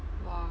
!wah!